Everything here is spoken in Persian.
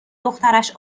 دخترش